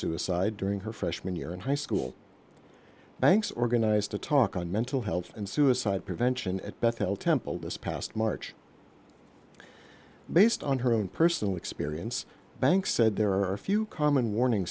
suicide during her freshman year in high school banks organized a talk on mental health and suicide prevention at bethel temple this past march based on her own personal experience banks said there are a few common warning